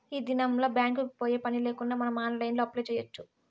ఈ దినంల్ల బ్యాంక్ కి పోయే పనిలేకుండా మనం ఆన్లైన్లో అప్లై చేయచ్చు